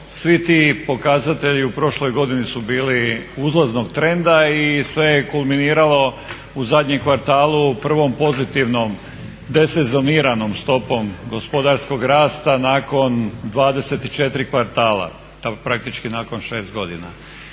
svi ti pokazatelji u prošloj godini su bili uzlaznog trenda i sve je kulminiralo u zadnjem kvartalu u prvom pozitivnom desezoniranom stopom gospodarskog rasta nakon 24 kvartala. Praktički nakon 6 godina.